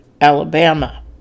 Alabama